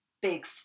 big